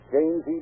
James